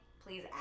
please